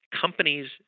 companies